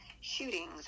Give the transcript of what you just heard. shootings